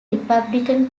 republican